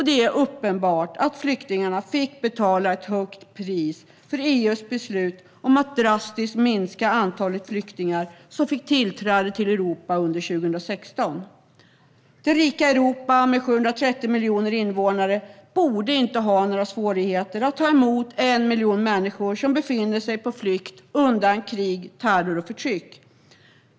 Det är uppenbart att flyktingarna fick betala ett högt pris för EU:s beslut om att drastiskt minska antalet flyktingar som fick tillträde till Europa under 2016. Det rika Europa med 730 miljoner invånare borde inte ha några svårigheter att ta emot 1 miljon människor som befinner sig på flykt undan krig, terror och förtryck.